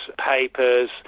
papers